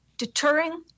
deterring